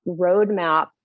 roadmap